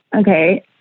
Okay